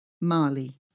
MALI